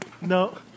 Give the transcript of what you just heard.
No